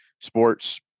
sports